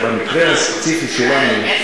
במקרה הספציפי שלנו,